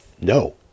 No